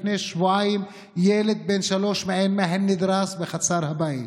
לפני שבועיים ילד בן שלוש מעין מאהל נדרס בחצר הבית,